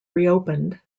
reopened